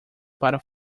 para